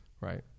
right